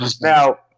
Now